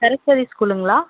Saraswati ஸ்கூலுங்களா